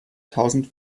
tausend